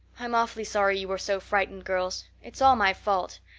i'm awfully sorry you were so frightened, girls. it is all my fault.